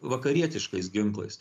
vakarietiškais ginklais